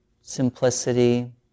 simplicity